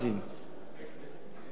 לבתי-כנסת יש?